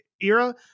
era